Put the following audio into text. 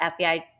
FBI